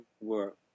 work